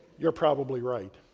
you're probably right.